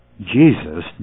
Jesus